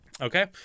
Okay